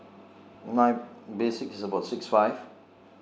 my basic is about six five